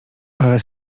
ale